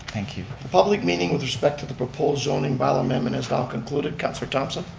thank you. the public meaning with respect to the proposed zoning bylaw amendment is now concluded. councilor thompson.